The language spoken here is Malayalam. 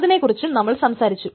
അതിനെക്കുറിച്ച് നമ്മൾ സംസാരിച്ചു